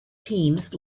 teams